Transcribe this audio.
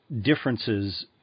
differences